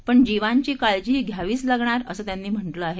पण जीवांची काळजीही घ्यावीच लागणार असं त्यांनी म्हटलं आह